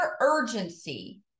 urgency